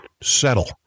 settle